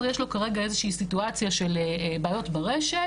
יש לו כרגע איזו שהיא סיטואציה של בעיות ברשת,